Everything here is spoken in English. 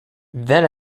then